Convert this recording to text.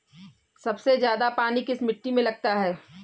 सबसे ज्यादा पानी किस मिट्टी में लगता है?